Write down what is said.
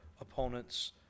opponents